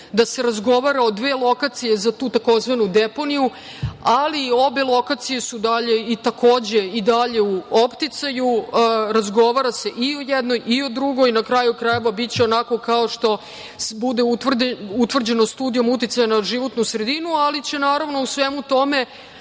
rudnik. Razgovara se o dve lokacije za tu tzv. deponiju ali obe lokacije su i dalje u opticaju, razgovara se i o jednoj i o drugoj. Na kraju krajeva, biće onako kao što bude utvrđeno studijom uticaja na životnu sredinu, ali će naravno o svemu tome